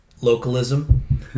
localism